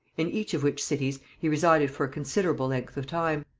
in each of which cities he resided for a considerable length of time.